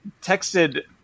texted